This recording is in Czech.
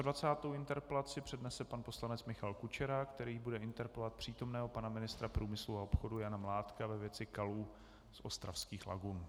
26. interpelaci přednese pan poslanec Michal Kučera, který bude interpelovat přítomného pana ministra průmyslu a obchodu Jana Mládka ve věci kalů v ostravských lagunách.